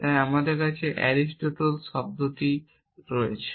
তাই আমাদের কাছে অ্যারিস্টটল শব্দটি রয়েছে